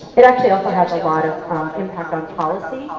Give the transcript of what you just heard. it actually also has a lot of impact on policy.